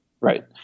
Right